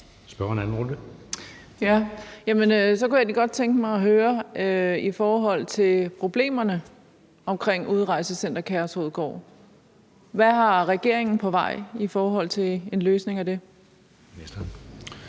Så kunne jeg egentlig godt tænke mig at høre om noget i forhold til problemerne omkring Udrejsecenter Kærshovedgård. Hvad har regeringen på vej i forhold til en løsning af det?